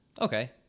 Okay